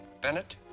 Bennett